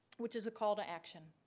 which is a call to action.